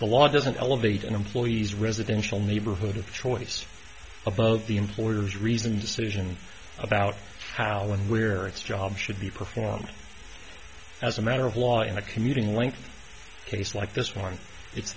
the law doesn't elevate an employee's residential neighborhood of choice above the employer's reasoned decision about how and where its job should be performed as a matter of law in a commuting length case like this one it's